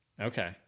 Okay